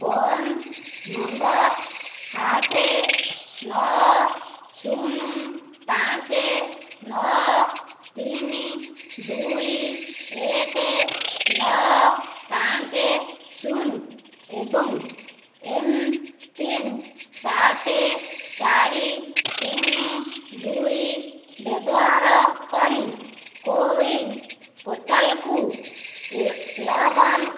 phone number ଆଠ ନଅ ଶୂନ ପାଞ୍ଚ ନଅ ତିନି ଦୁଇ ଏକ ନଅ ପାଞ୍ଚ ଶୂନ ଏବଂ ଏମ୍ପିନ୍ ସାତ ଚାରି ଶୂନ ଦୁଇ ବ୍ୟବହାର କରି କୋୱିନ୍ ପୋର୍ଟାଲ୍କୁ ଲଗ୍ଅନ୍ଡ କର